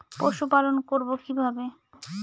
পশুপালন করব কিভাবে?